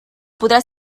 podrà